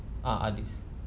ah others